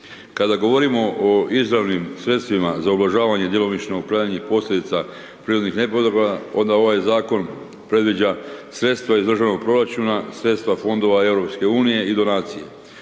Kada govorimo o izravnim sredstvima za ublažavanje i djelomično uklanjanje posljedica prirodnih nepogoda, onda ovaj Zakon predviđa sredstva iz državnog proračuna, sredstva Fondova EU i donacije.